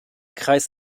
kreis